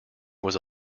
was